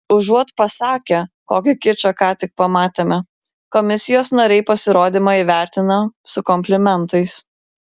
užuot pasakę kokį kičą ką tik pamatėme komisijos nariai pasirodymą įvertina su komplimentais